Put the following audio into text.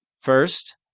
First